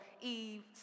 Eve